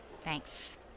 Thanks